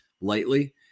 lightly